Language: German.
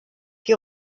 die